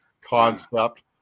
concept